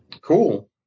cool